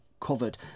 covered